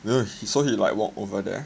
so he like walk over there